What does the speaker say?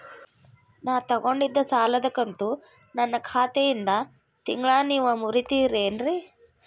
ನಾ ತೊಗೊಂಡಿದ್ದ ಸಾಲದ ಕಂತು ನನ್ನ ಖಾತೆಯಿಂದ ತಿಂಗಳಾ ನೇವ್ ಮುರೇತೇರೇನ್ರೇ?